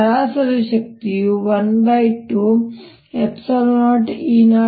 ಸರಾಸರಿ ಶಕ್ತಿಯು 120E021T0T k